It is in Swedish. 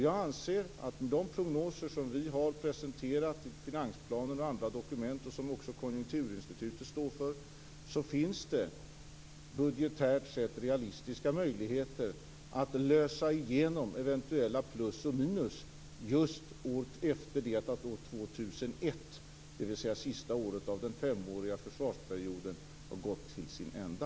Jag anser att de prognoser som vi har presenterat, i finansplanen och andra dokument, som också Konjunkturinstitutet står för, visar att det budgetärt sett finns realistiska möjligheter att lösa ut eventuella plus och minus just efter det att år 2001, dvs. sista året av den femåriga försvarsperioden, har gått till ända.